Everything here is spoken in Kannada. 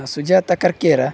ಸುಜಾತ ಕರ್ಕೇರ